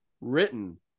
written